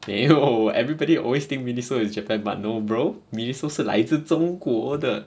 没有 everybody always think miniso is japan but no bro miniso 是来自中国的